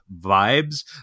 vibes